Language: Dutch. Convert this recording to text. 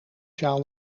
sjaal